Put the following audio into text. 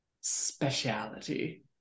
speciality